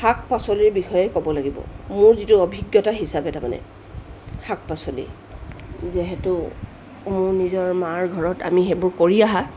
শাক পাচলিৰ বিষয়ে ক'ব লাগিব মোৰ যিটো অভিজ্ঞতা হিচাপে তাৰমানে শাক পাচলি যিহেতু মোৰ নিজৰ মাৰ ঘৰত আমি সেইবোৰ কৰি আহা